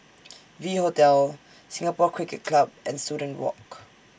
V Hotel Singapore Cricket Club and Student Walk